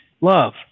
love